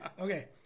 Okay